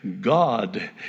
God